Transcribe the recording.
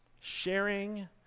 Sharing